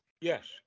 Yes